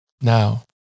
Now